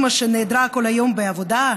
אימא שנעדרה כל היום בעבודה,